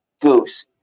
goose